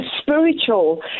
spiritual